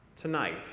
Tonight